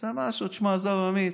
איזה משהו: תשמע, עזוב, עמית,